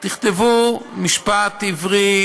תכתבו "משפט עברי".